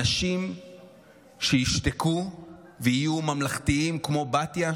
אנשים שישתקו ויהיו ממלכתיים כמו בתיה,